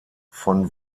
von